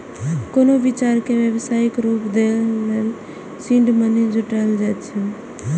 कोनो विचार कें व्यावसायिक रूप दै लेल सीड मनी जुटायल जाए छै